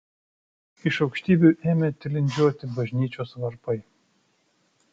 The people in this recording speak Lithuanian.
iš aukštybių ėmė tilindžiuoti bažnyčios varpai